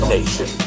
Nation